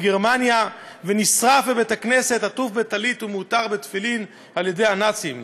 של וישניבה ונשרף בבית-הכנסת עטוף בטלית ומעוטר בתפילין על-ידי הנאצים.